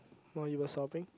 while you were sobbing